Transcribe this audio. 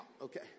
Okay